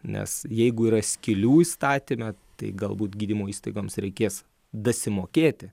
nes jeigu yra skylių įstatyme tai galbūt gydymo įstaigoms reikės dasimokėti